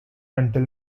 until